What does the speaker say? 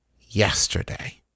yesterday